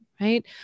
right